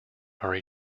are